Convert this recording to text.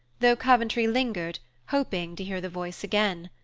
though coventry lingered, hoping to hear the voice again.